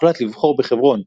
הוחלט לבחור בחברון,